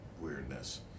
weirdness